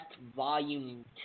Volume